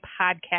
podcast